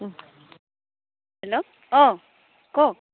hello অঁ কওক